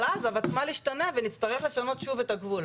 אבל אז הותמ"ל ישתנה, ונצטרך לשנות שוב את הגבול.